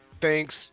Thanks